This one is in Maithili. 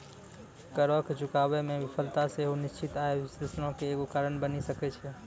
करो के चुकाबै मे विफलता सेहो निश्चित आय विश्लेषणो के एगो कारण बनि सकै छै